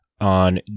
on